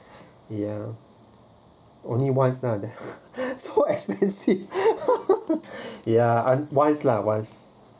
ya only once ah so expensive ya once lah once